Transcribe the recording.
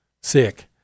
sick